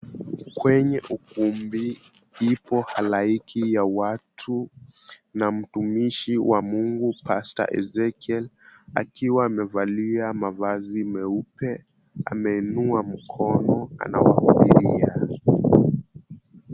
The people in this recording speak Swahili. Kwenye ukumbi ipo halaiki ya watu na mtumishi wa Mungu, Pastor Ezekiel akiwa amevalia mavazi meupe, ameinua mkono anawahubiria.